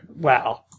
Wow